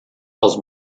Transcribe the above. els